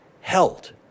held